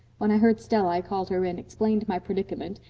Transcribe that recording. when i heard stella i called her in, explained my predicament,